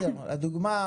המצב.